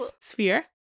sphere